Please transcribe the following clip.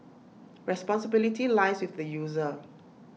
responsibility lies with the user